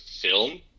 film